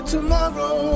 Tomorrow